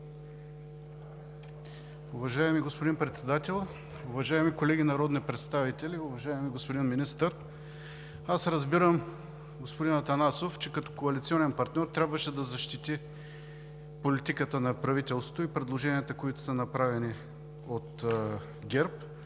Уважаеми господин Председател, уважаеми колеги народни представители, уважаеми господин Министър! Разбирам господин Атанасов – че като коалиционен партньор трябваше да защити политиката на правителството и предложенията, които са направени от ГЕРБ.